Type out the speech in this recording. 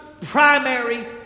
primary